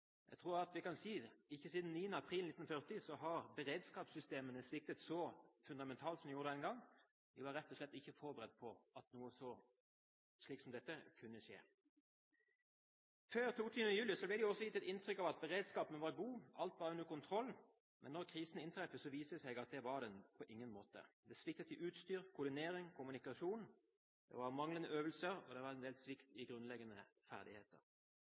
Jeg tror vi kan si at ikke siden 9. april 1940 har beredskapssystemene sviktet så fundamentalt som de gjorde denne gangen. Vi var rett og slett ikke forberedt på at noe slikt som dette kunne skje. Før 22. juli ble det også gitt inntrykk av at beredskapen var god, alt var under kontroll. Da krisen inntraff, viste det seg at det var det på ingen måte. Det sviktet i utstyr, koordinering og kommunikasjon. Det var manglende øvelser og en del svikt i grunnleggende ferdigheter.